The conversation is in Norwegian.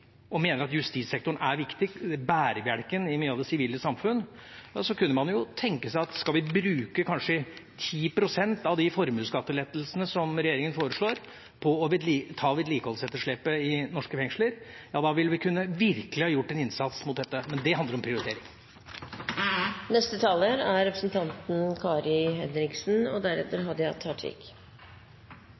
og mener at justissektoren er viktig – bærebjelken i mye av det sivile samfunn – kunne man tenke seg at vi skal bruke kanskje 10 pst. av de formuesskattelettelsene som regjeringen foreslår, på å ta vedlikeholdsetterslepet i norske fengsler. Da ville vi virkelig ha kunnet gjøre en innsats på dette området, men det handler om prioriteringer. Først vil jeg si litt om kvinner. De er